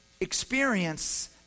experience